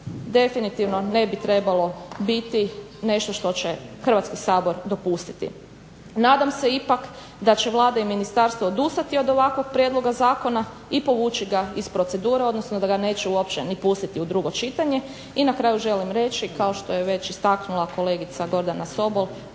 definitivno ne bi trebalo biti nešto što će Hrvatski sabor dopustiti. Nadam se ipak da će Vlada i ministarstvo odustati od ovakvoga prijedloga zakona i povući ga iz procedure, odnosno da ga neće uopće ni pustiti u drugo čitanje. I na kraju želim reći kao što je već istaknula kolegica Gordana Sobol